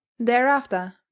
Thereafter